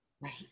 Right